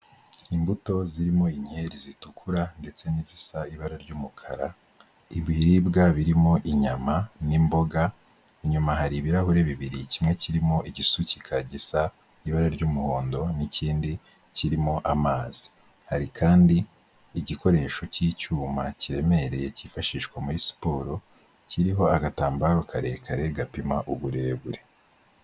Imbuto zirimo inkeri zitukura ndetse n'izisa ibara ry'umukara, ibiribwa birimo inyama n'imboga, inyuma hari ibirahure bibiri kimwe kirimo igifu kikaba gisa n'ibara ry'umuhondo n'ikindi kirimo amazi hari kandi igikoresho cy'icyuma kiremereye kifashishwa muri siporo, kiriho agatambaro karekare gapima uburebure.